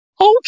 Okay